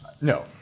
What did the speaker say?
No